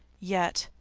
yet,